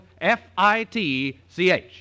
F-I-T-C-H